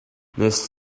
wnest